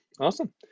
Awesome